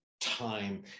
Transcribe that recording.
time